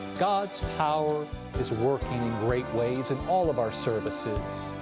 god's power is working in great ways in all of our services.